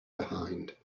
behind